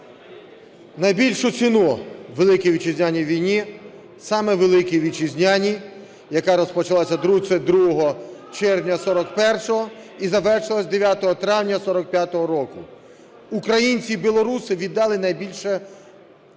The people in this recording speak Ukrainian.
найбільшу ціну у Великій Вітчизняній війні, саме у Великій Вітчизняній, яка розпочалася 22 червня 41-го і завершилася 9 травня 45-го року, українці і білоруси віддали найбільше